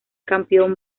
campeón